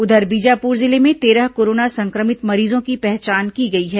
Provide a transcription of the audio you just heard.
उधर बीजापुर जिले में तेरह कोरोना संक्रमित मरीजों की पहचान की गई है